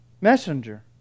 messenger